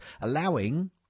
allowing